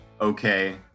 okay